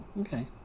Okay